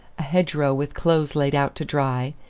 a hedgerow with clothes laid out to dry,